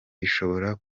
bishobora